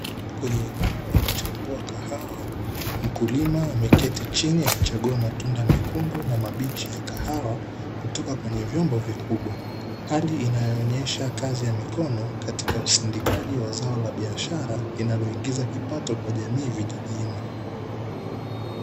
Kwenye eneo la kuchambua kahawa, mkulima ameketi chini akichagua matunda mekundu na mabichi ya kahawa, kutoka kwenye vyombo vikubwa. Hali inayoonyesha kazi ya mikono katika usindikaji wa zao la biashara, linaloingiza kipato kwa jamii vijijini.